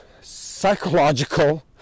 psychological